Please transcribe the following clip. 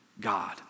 God